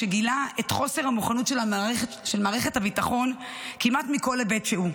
שגילה את חוסר המוכנות של מערכת הביטחון כמעט מכל היבט שהוא.